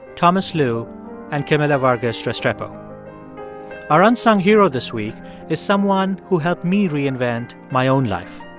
thomas lu and camila vargas restrepo our unsung hero this week is someone who helped me reinvent my own life.